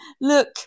look